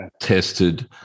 tested